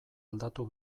aldatu